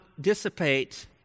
dissipate